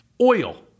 oil